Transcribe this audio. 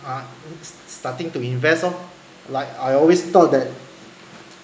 ah uh starting to invest lor like I always thought that